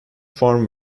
farm